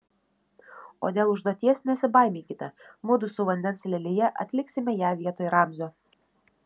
o dėl užduoties nesibaiminkite mudu su vandens lelija atliksime ją vietoj ramzio